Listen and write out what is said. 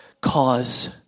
cause